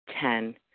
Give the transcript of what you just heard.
Ten